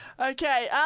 Okay